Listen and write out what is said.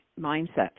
mindset